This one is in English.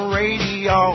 radio